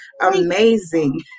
amazing